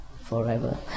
forever